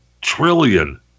trillion